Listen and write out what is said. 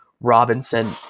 Robinson